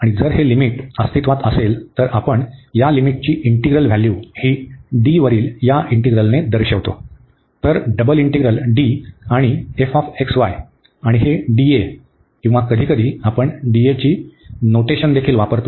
आणि जर हे लिमिट अस्तित्त्वात असेल तर आपण या लिमिटची इंटीग्रल व्हॅल्यू ही D वरील या इंटीग्रलने दर्शवितो तर डबल इंटीग्रल D आणि आणि हे किंवा कधीकधी आपण ची नोटेशनदेखील वापरतो